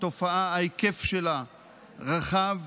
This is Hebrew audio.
היקף התופעה רחב,